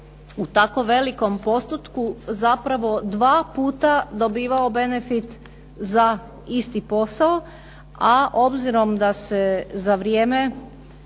u tako velikom postotku zapravo 2 puta dobivao benefit za isti posao, a obzirom da se za vrijeme